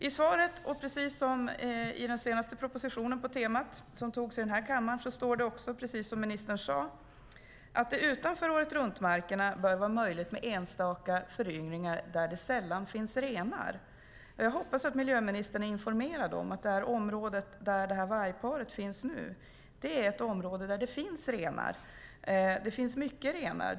I ministerns svar, precis som i den senaste propositionen på temat som antogs i denna kammare, står det "att det utanför åretruntmarkerna bör vara möjligt med enstaka föryngringar i områden där det sällan finns renar". Jag hoppas att miljöministern är informerad om att det område där vargparet finns nu är ett område där det finns renar. Det finns mycket renar.